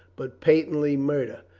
but patently murder?